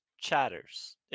chatters